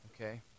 Okay